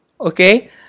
okay